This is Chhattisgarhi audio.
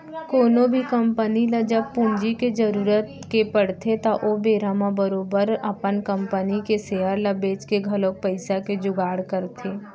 कोनो कंपनी ल जब पूंजी के जरुरत के पड़थे त ओ बेरा म बरोबर अपन कंपनी के सेयर ल बेंच के घलौक पइसा के जुगाड़ करथे